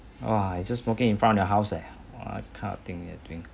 oh just smoking in front of your house eh what kind of thing they are doing